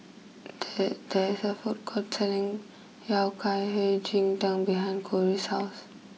there there is a food court selling Yao Hei Ji Tang behind Kori's house